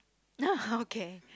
no okay